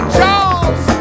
Charles